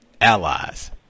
allies